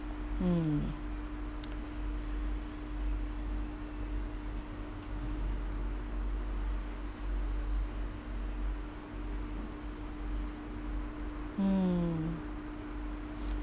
mm mm